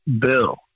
Bill